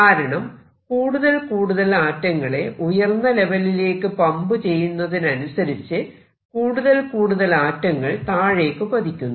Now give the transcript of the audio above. കാരണം കൂടുതൽ കൂടുതൽ ആറ്റങ്ങളെ ഉയർന്ന ലെവലിലേക്ക് പമ്പ് ചെയ്യുന്നതിനനുസരിച്ച് കൂടുതൽ കൂടുതൽ ആറ്റങ്ങൾ താഴേക്കു പതിക്കുന്നു